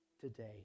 today